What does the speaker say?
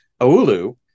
Oulu